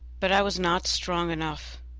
but i was not strong enough